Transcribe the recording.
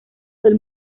del